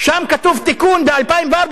שם כתוב בתיקון מ-2004,